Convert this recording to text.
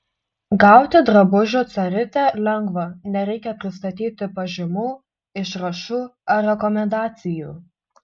gauti drabužių carite lengva nereikia pristatyti pažymų išrašų ar rekomendacijų